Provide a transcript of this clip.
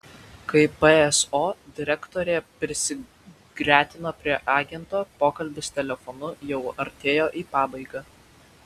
kai pso direktorė prisigretino prie agento pokalbis telefonu jau artėjo į pabaigą